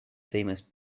famous